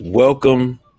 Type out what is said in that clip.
Welcome